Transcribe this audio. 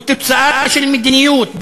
הוא תוצאה של מדיניות,